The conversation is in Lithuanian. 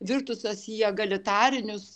virtusios į egalitarinius